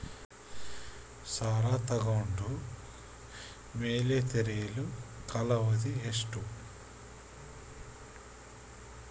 ಸಾಲ ತಗೊಂಡು ಮೇಲೆ ತೇರಿಸಲು ಕಾಲಾವಧಿ ಎಷ್ಟು?